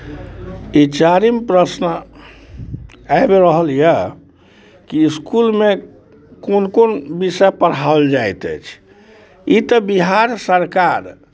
ई चारिम प्रश्न आबि रहल यए कि इसकुलमे कोन कोन विषय पढ़ाओल जाइत अछि ई तऽ बिहार सरकार